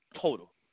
total